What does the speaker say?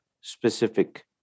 specific